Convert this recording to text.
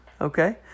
Okay